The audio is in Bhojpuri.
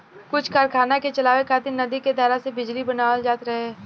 कुछ कारखाना के चलावे खातिर नदी के धारा से बिजली बनावल जात रहे